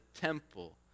temple